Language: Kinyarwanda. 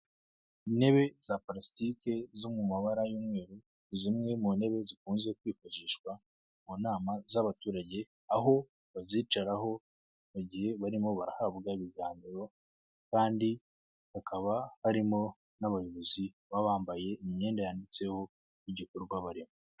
Intebe za parasitiki zo mu mabara y'umweru, zimwe mu ntebe zikunze kwifashishwa mu nama z'abaturage, aho bazicaraho mu gihe barimo barahabwa ibiganiro kandi hakaba harimo n'abayobozi baba bambaye imyenda yanditseho igikorwa barimo.